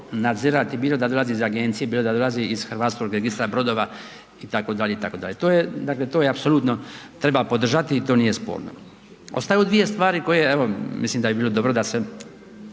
bilo da dolazi iz agencije, bilo da dolazi iz Hrvatskog registra brodova itd. To je, dakle, to apsolutno treba podržati i to nije sporno. Ostaju dvije stvari koje evo mislim da bi bilo dobro da se